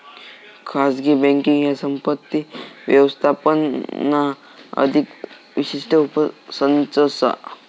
खाजगी बँकींग ह्या संपत्ती व्यवस्थापनाचा अधिक विशिष्ट उपसंच असा